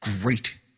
great